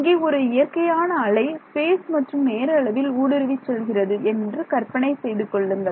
இங்கே ஒரு இயற்கையான அலை ஸ்பேஸ் மற்றும் நேர அளவில் ஊடுருவி செல்கிறது என்று கற்பனை செய்து கொள்ளுங்கள்